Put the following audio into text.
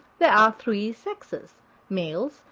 there are three sexes males,